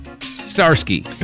Starsky